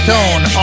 Tone